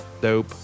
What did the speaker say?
Dope